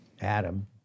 Adam